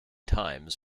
times